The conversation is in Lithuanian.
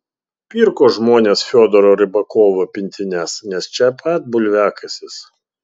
pirko žmonės fiodoro rybakovo pintines nes čia pat bulviakasis